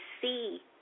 see